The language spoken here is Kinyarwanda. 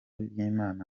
ry’imana